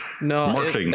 No